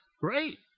Great